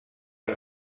der